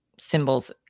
symbols